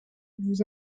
vous